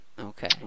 Okay